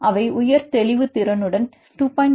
அவை உயர் தெளிவுத்திறனுடன் 2